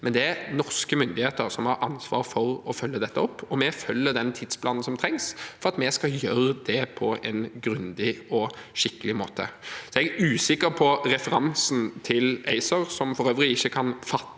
men det er norske myndigheter som har ansvar for å følge dette opp. Vi følger den tidsplanen som trengs for at vi skal gjøre det på en grundig og skikkelig måte. Jeg er usikker på referansen til ACER, som for øvrig ikke kan fatte